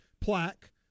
plaque